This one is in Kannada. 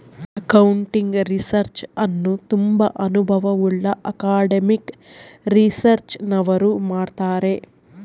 ಅಕೌಂಟಿಂಗ್ ರಿಸರ್ಚ್ ಅನ್ನು ತುಂಬಾ ಅನುಭವವುಳ್ಳ ಅಕಾಡೆಮಿಕ್ ರಿಸರ್ಚ್ನವರು ಮಾಡ್ತರ್